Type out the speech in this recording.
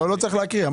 לא צריך להקריא.